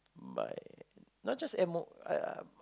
by not just M_O I I